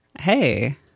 Hey